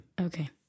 Okay